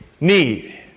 need